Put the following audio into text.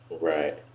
Right